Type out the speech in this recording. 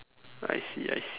I see I see